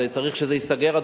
וצריך שזה ייסגר,